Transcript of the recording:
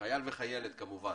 חייל וחיילת, כמובן.